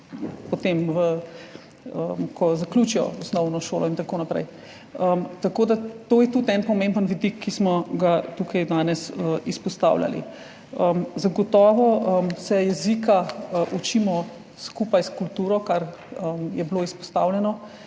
po tem, ko zaključijo osnovno šolo, in tako naprej. To je tudi en pomemben vidik, ki smo ga tukaj danes izpostavljali. Zagotovo se jezika učimo skupaj s kulturo, kar je bilo izpostavljeno,